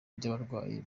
by’abarwayi